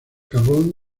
carbón